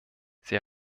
sie